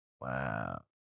Wow